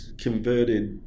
converted